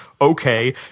okay